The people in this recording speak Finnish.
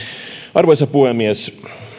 arvoisa puhemies